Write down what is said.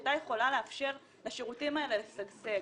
שהיתה יכולה לאפשר לשירותים האלה לשגשג.